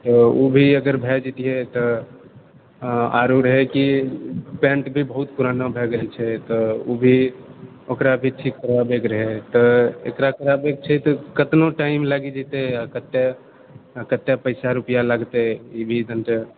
तऽ ओ भी अगर भए जेतीए तऽ आरो रहए की पेण्ट भी बहुत पुराना भए गेल छै तऽ ओ भी ओकरा भी ठीक करबाबैके रहए तऽ एकरा कराबैके छै तऽ कितना टाइम लागि जेतए आ कते कते पैसा रुपआ लागतै ई भी